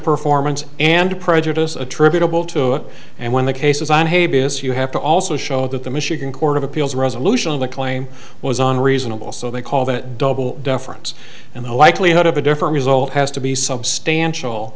performance and prejudice attributable to it and when the cases on tape is you have to also show that the michigan court of appeals resolution of the claim was on reasonable so they call that double deference and the likelihood of a different result has to be substantial